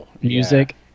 music